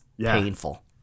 painful